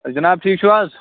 جِناب ٹھیٖک چھِو حظ